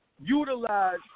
utilize